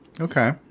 Okay